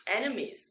enemies